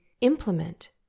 implement